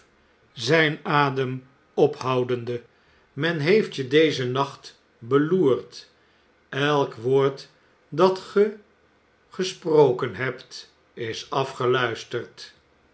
zijn adem ophoudende men heeft je dezen nacht beloerd elk woord dat gij gesproken hebt is